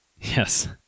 Yes